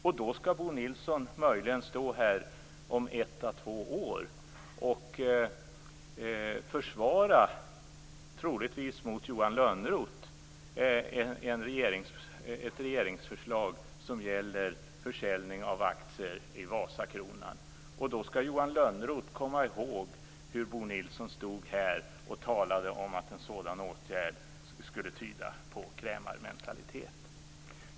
Om ett à två år skall alltså Bo Nilsson stå här och troligtvis inför Johan Lönnroth försvara ett regeringsförslag som gäller försäljning av aktier i Vasakronan. Då skall Johan Lönnroth komma ihåg hur Bo Nilsson här talade om att en sådan åtgärd skulle tyda på krämarmentalitet.